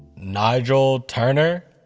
nygel turner?